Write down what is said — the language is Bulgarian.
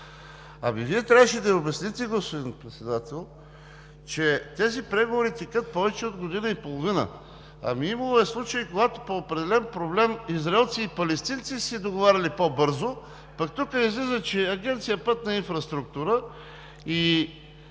Абе Вие трябваше да ѝ обясните, господин Председател, че тези преговори текат повече от година и половина. Имало е случаи, когато по определен проблем израелци и палестинци са се договаряли по-бързо, пък тук излиза, че Агенция „Пътна инфраструктура“ и